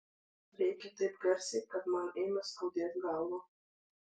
rėkė taip garsiai kad man ėmė skaudėt galvą